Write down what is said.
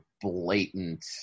blatant